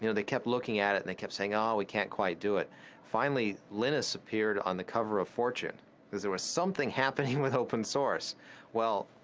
you know they kept looking at it they kept saying oh, we can't quite do it finally, linus appeared on the cover of fortune there was something happening with open source well,